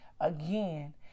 Again